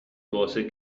cose